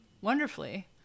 wonderfully